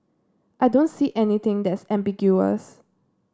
I don't see anything that's ambiguous